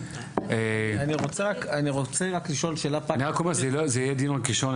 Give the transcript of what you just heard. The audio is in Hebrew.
אני רק אומר, זה יהיה דיון ראשון.